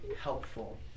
helpful